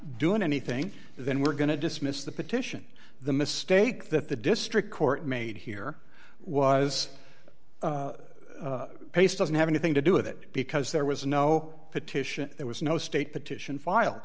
doing anything then we're going to dismiss the petition the mistake that the district court made here was paste doesn't have anything to do with it because there was no petition there was no state petition file